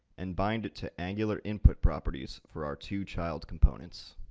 and bind it to angular input properties for our two child components.